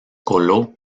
coló